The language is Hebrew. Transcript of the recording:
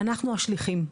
אנחנו השליחים,